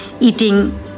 eating